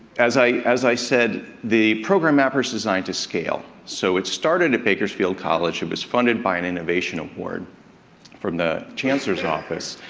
as i as i said, the program mappers designed to scale. so, it started at bakersfield college, it was funded by an innovation award from the chancellor's office,